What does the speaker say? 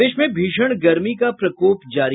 प्रदेश में भीषण गर्मी का प्रकोप जारी